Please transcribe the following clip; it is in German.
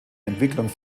entwicklung